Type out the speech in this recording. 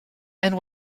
and